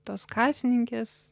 tos kasininkės